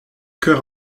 chœurs